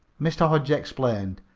mr. hodge explained,